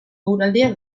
eguraldiak